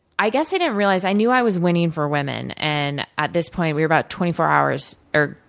i guess he didn't realize i knew i was winning for women, and at this point we were about twenty four hours or,